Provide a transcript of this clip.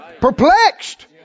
Perplexed